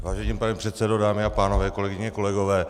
Vážený pane předsedo, dámy a pánové, kolegyně, kolegové.